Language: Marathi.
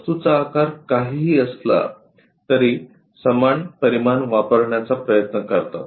वस्तूचा आकार काहीही असला तरी समान परिमाण वापरण्याचा प्रयत्न करतात